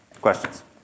Questions